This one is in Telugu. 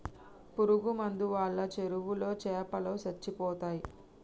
పురుగు మందు వాళ్ళ చెరువులో చాపలో సచ్చిపోతయ్